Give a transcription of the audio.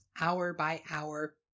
hour-by-hour